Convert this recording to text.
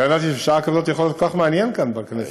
ועוד עם שני ח"כים במליאה.